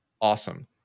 Awesome